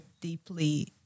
deeply